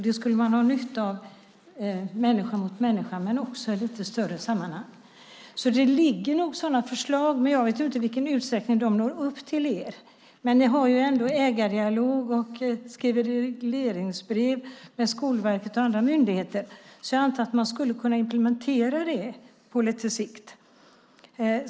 Det skulle man ha nytta av när det gäller människa mot människa men också i lite större sammanhang. Så det ligger nog sådana förslag, men jag vet inte i vilken utsträckning de når upp till er. Men ni har ju ändå ägardialog och skriver regleringsbrev för Skolverket och andra myndigheter, så jag antar att man skulle kunna implementera det på lite sikt.